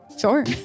sure